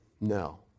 no